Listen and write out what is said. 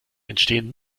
entstehen